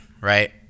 right